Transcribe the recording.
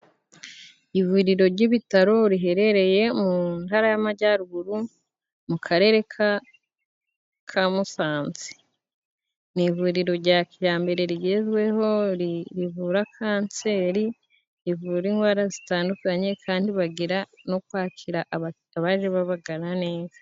Ivuriro ry'ibitaro riherereye mu Ntara y'Amajyaruguru mu karere ka Ka Musanze .Ni ivuriro jya kijambere rigezweho rivura kanseri, rivura ingwara zitandukanye kandi bagira no kwakira aba abaje babagana neza.